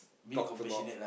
talks about